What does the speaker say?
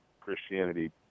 Christianity